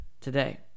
today